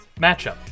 matchup